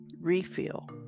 refill